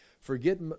forget